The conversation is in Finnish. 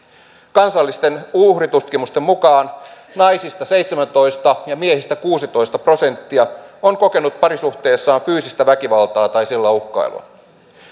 kansallisten uhritutkimusten mukaan naisista seitsemäntoista ja miehistä kuusitoista prosenttia on kokenut parisuhteessaan fyysistä väkivaltaa tai sillä uhkailua